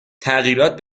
تغییرات